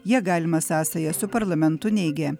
ją galima sąsaja su parlamentu neigia